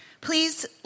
Please